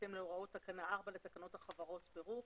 בהתאם להוראות תקנה 4 לתקנות החברות (פירוק),